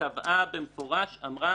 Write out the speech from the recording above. קבעה במפורש ואמרה :